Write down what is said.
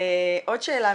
עוד שאלה,